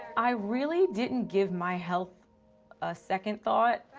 i really didn't give my health a second thought.